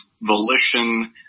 volition